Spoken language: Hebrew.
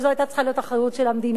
שזו היתה צריכה להיות אחריות של המדינה.